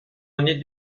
année